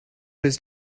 his